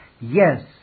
yes